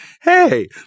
hey